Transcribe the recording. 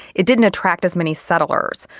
it didn't attract as many settlers.